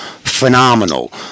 phenomenal